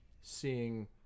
seeing